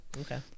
okay